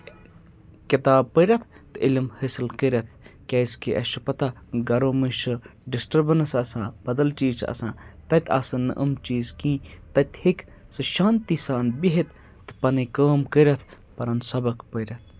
کِتاب پٔرِتھ تہٕ علم حٲصِل کٔرِتھ کیٛازِکہِ اَسہِ چھُ پَتہ گَرو منٛز چھُ ڈِسٹربَنٕس آسان بَدَل چیٖز چھِ آسان تَتہِ آسان نہٕ أمۍ چیٖز کِہیٖنۍ تَتہِ ہیٚکہِ سُہ شانتی سان بِہِتھ تہٕ پَنٕنۍ کٲم کٔرِتھ پَنُن سَبَق پٔرِتھ